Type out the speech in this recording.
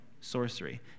sorcery